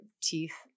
teeth